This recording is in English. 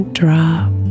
drop